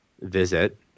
visit